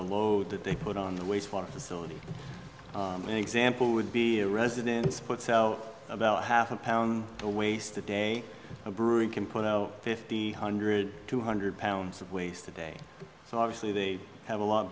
the load that they put on the waste water facility an example would be a residence puts out about half a pound a waste a day a brewery can put out fifty hundred two hundred pounds of waste a day so obviously they have a lot